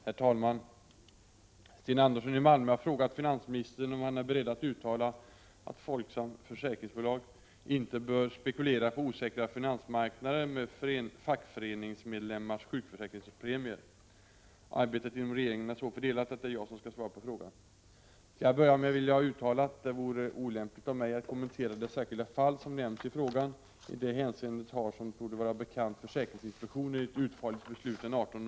Herr talman! Sten Andersson i Malmö har frågat finansministern om han är beredd uttala att försäkringsbolaget Folksam inte bör spekulera på osäkra finansmarknader med fackföreningsmedlemmars sjukförsäkringspremier. Arbetet inom regeringen är så fördelat att det är jag som skall svara på frågan. Till att börja med vill jag uttala att det vore olämpligt av mig att kommentera det särskilda fall som nämns i frågan. I det hänseendet har - som torde vara bekant — försäkringsinspektionen i ett utförligt beslut den 18 — Prot.